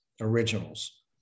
originals